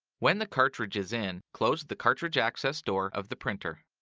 when the cartridge is in, close the cartridge access door of the printer.